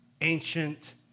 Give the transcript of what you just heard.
ancient